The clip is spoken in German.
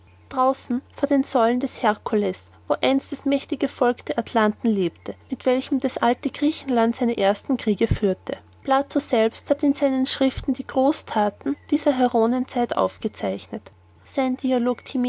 draußen vor den säulen des herkules wo einst das mächtige volk der atlanten lebte mit welchem das alte griechenland seine ersten kriege führte plato selbst hat in seinen schriften die großthaten dieser heroenzeit aufgezeichnet sein